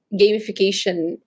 gamification